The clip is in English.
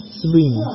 swing